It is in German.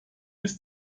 ist